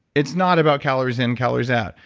it's not about calories in, calories out.